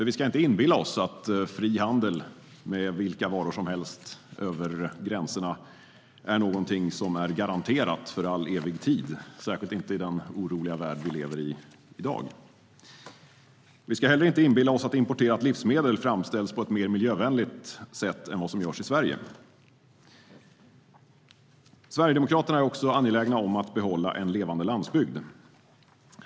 Vi ska ju inte inbilla oss att fri handel av vilka varor som helst över gränserna är någonting som är garanterat för all evig tid, särskilt inte i den oroliga värld vi i dag lever i. Vi ska heller inte inbilla oss att importerat livsmedel framställs på ett mer miljövänligt sätt än vad som görs i Sverige. Sverigedemokraterna är också angelägna om att behålla en levande landsbygd.